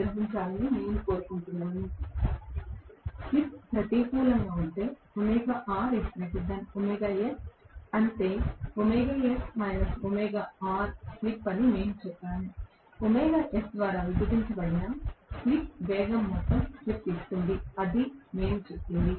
గ్రహించాలని నేను కోరుకుంటున్నాను స్లిప్ ప్రతికూలంగా ఉంటే అంటే స్లిప్ అని మేము చెప్పాము ద్వారా విభజించబడిన స్లిప్ వేగం మొత్తం స్లిప్ ఇస్తుంది అది మేము చెప్పినది